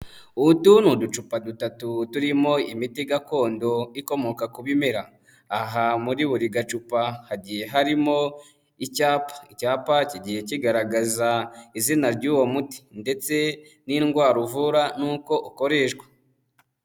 Utu ni uducupa dutatu turimo imiti gakondo ikomoka ku bimera, aha muri buri gacupa hagiye harimo icyapa, icyapa kigiye kigaragaza izina ry'uwo muti ndetse n'indwara uvura n'uko ukoreshwa.